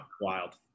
wild